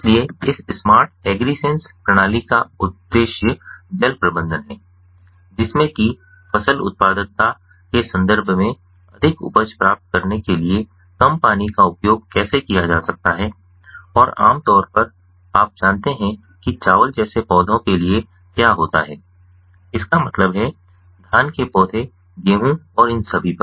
इसलिए इस smart AgriSense प्रणाली का उद्देश्य जल प्रबंधन है जिसमे कि फसल उत्पादकता के संदर्भ में अधिक उपज प्राप्त करने के लिए कम पानी का उपयोग कैसे किया जा सकता है और आम तौर पर आप जानते हैं कि चावल जैसे पौधों के लिए क्या होता है इसका मतलब है धान के पौधे गेहूं और इन सभी पर